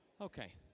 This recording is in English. Okay